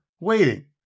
waiting